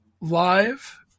live